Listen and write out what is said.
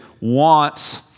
wants